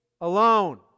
alone